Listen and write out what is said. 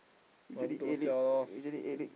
one two siao [liao]